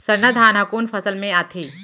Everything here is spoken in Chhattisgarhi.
सरना धान ह कोन फसल में आथे?